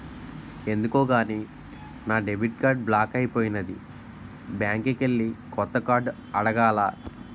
ఎందుకో గాని నా డెబిట్ కార్డు బ్లాక్ అయిపోనాది బ్యాంకికెల్లి కొత్త కార్డు అడగాల